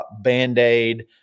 Band-Aid